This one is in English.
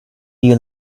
you